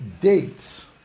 dates